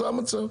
זה המצב.